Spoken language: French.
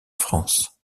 france